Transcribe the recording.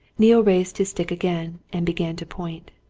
neale raised his stick again and began to point.